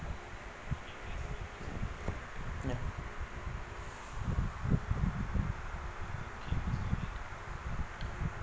ya